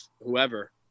whoever